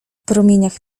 promieniach